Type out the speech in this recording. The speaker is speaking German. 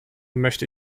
möchte